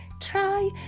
try